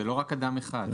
זה לא רק אדם אחד.